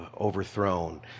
overthrown